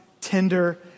tender